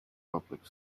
public